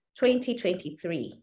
2023